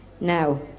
Now